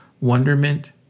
wonderment